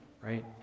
right